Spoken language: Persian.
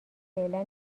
فعلا